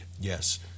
Yes